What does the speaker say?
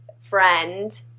friend